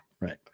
Right